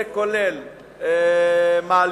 זה כולל מעליות,